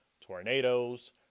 tornadoes